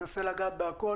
ננסה לגעת בהכול.